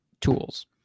tools